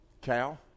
Cal